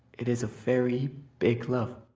it is a very big love.